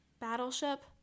Battleship